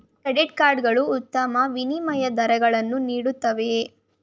Credit card ಗಳು ಉತ್ತಮ ವಿನಿಮಯ ದರಗಳನ್ನು ನೀಡುತ್ತವೆಯೇ?